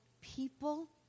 people